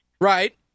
Right